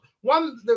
one